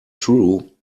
true